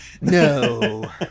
No